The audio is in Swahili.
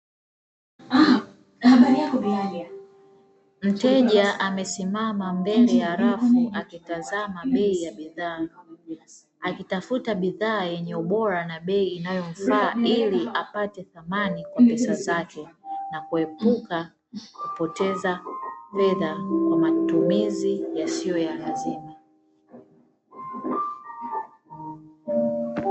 Mteja aliyesimama mbele ya rafu akitazama bei ya bidhaa akitafuta bidhaa yenye ubora na bei inayomfaa, ili apate thamani kwa pesa zake na kuepuka kupoteza fedha kwa matumizi yasiyo yalazima.